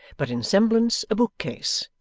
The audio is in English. but in semblance a bookcase,